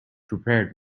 prepared